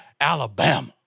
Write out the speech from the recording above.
Alabama